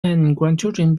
grandchildren